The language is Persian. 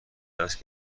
دست